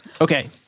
Okay